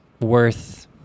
worth